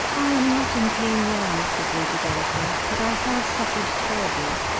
i am not in pain now, said lady delacour, but i have suffered terribly.